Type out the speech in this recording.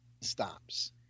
stops